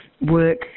work